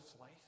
life